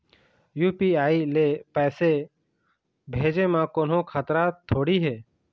UPI ले पैसे भेजे म कोन्हो खतरा थोड़ी हे?